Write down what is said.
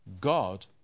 God